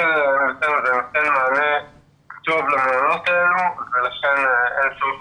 ניתן מענה טוב למעונות האלה.